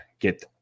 get